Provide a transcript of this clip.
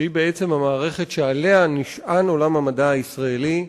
שהיא בעצם המערכת שעליה נשען עולם המדע הישראלי,